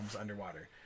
underwater